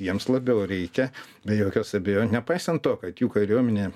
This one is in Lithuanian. jiems labiau reikia be jokios abejo nepaisant to kad jų kariuomenė